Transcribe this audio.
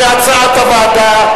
כהצעת הוועדה,